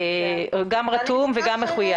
גם רתום וגם מחויב.